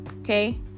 okay